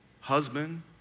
husband